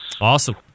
Awesome